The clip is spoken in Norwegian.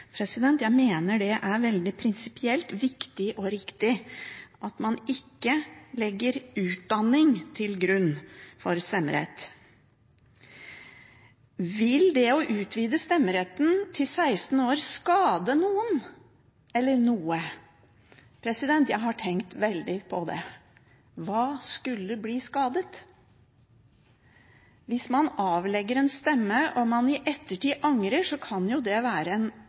Jeg mener det er veldig prinsipielt viktig og riktig at man ikke legger utdanning til grunn for stemmerett. Vil det å utvide stemmeretten til 16 år skade noen eller noe? Jeg har tenkt veldig på det. Hva skulle bli skadet? Hvis man avlegger en stemme og man i ettertid angrer, kan jo det være en